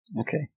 Okay